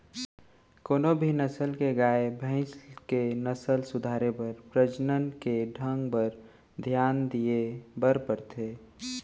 कोनों भी नसल के गाय, भईंस के नसल सुधारे बर प्रजनन के ढंग बर धियान दिये बर परथे